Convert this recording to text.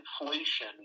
inflation